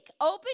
Open